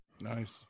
Nice